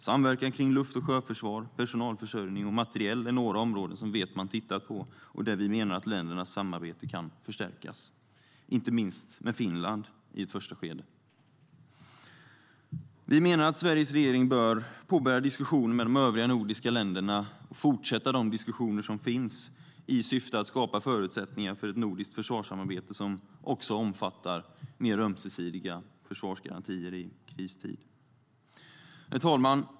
Samverkan kring luft och sjöförsvar, personalförsörjning och materiel är några områden som vi vet att man tittat på och där vi menar att ländernas samarbete kan förstärkas, inte minst med Finland i ett första skede. Vi menar att Sveriges regering bör påbörja diskussioner med de övriga nordiska länderna och fortsätta de diskussioner som redan sker i syfte att skapa förutsättningar för ett nordiskt försvarssamarbete som också omfattar mer ömsesidiga försvarsgarantier i kristid. Herr talman!